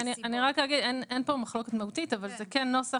אין כאן מחלוקת מהותית אבל זה נוסח